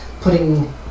putting